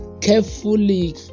carefully